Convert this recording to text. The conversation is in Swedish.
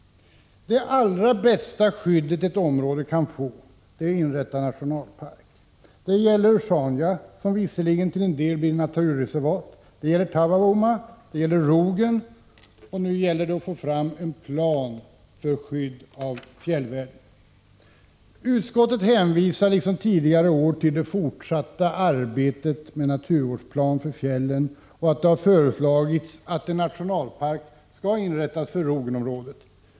Det allra bästa skydd ett område kan få är att nationalparker inrättas. Det gäller Sjaunja, som visserligen till en del blir naturreservat, det gäller Taavavuoma och det gäller Rogen. Det gäller nu att få fram en plan för skydd av fjällvärlden. Utskottet hänvisar liksom tidigare år till det fortsatta arbetet med en naturvårdsplan för fjällen och att det har föreslagits att en nationalpark skall inrättas för Rogenområdet.